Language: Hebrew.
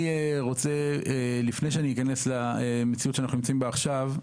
לפני שאכנס למציאות שאנחנו נמצאים בה עכשיו,